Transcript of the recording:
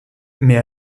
mais